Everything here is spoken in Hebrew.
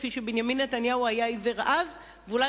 כפי שבנימין נתניהו היה עיוור אז ואולי